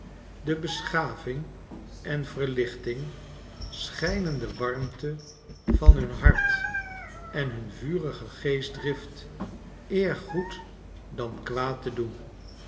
de beschaving en verlichtingschijnendewarmte van hun hart en hun vurige geestdrift eer goed dan kwaad te doen